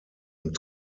und